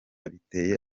biteye